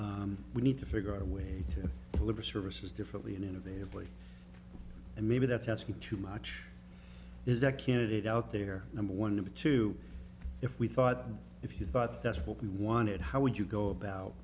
itself we need to figure out a way to live or services differently an innovative way and maybe that's asking too much is that candidate out there number one number two if we thought if you thought that's what we wanted how would you go about